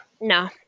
no